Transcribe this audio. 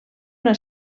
una